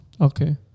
Okay